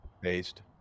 based